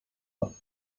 park